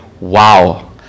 wow